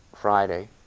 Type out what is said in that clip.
Friday